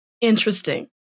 interesting